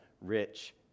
rich